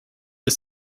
ist